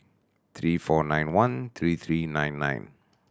three four nine one three three nine nine